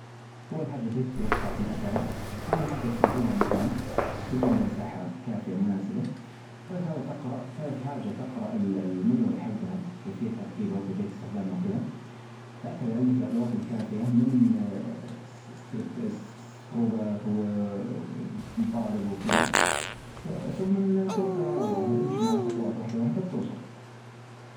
سهله تخلط بيظ وسكر وزيت تظيف دجيج مع بيكينج بودر وفانيليا بعدين تصب الخليط بصينية وتدخلها الفرن تنتظر لين تتحمر وتطلعها وهذى الكيكة مرة سهله وبالعافيه عليك.